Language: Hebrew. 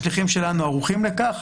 השליחים שלנו ערוכים לכך,